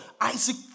Isaac